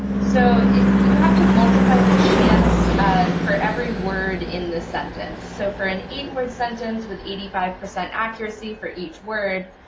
so you have to multiply the chance for every word in the sentence, so for an eight-word sentence with eighty five percent accuracy for each word,